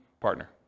partner